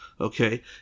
Okay